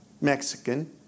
Mexican